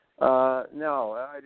No